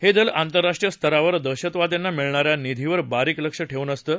हे दल आंतरराष्ट्रीय स्तरावर दहशतवाद्यांना मिळणाऱ्या निधीवर बारीक लक्ष ठेऊन असतं